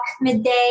midday